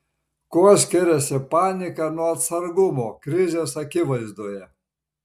kuo skiriasi panika nuo atsargumo krizės akivaizdoje